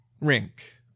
rink